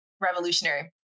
revolutionary